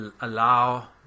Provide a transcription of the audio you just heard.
allow